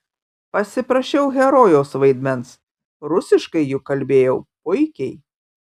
pasiprašiau herojaus vaidmens rusiškai juk kalbėjau puikiai